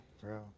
bro